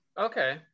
okay